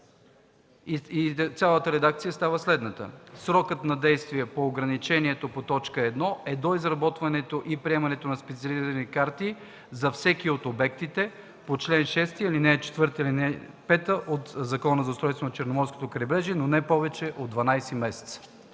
и след редакцията т. 3 става следната: „3. Срокът на действие по ограничението по т. 1 е до изработването и приемането на специализирани карти за всеки от обектите по чл. 6, ал. 4 и 5 от Закона за устройство на Черноморското крайбрежие, но не повече от 12 месеца”.